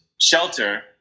shelter